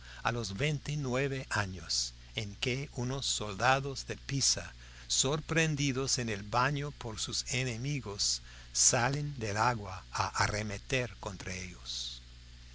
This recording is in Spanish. a los veintinueve años en que unos soldados de pisa sorprendidos en el baño por sus enemigos salen del agua a arremeter contra ellos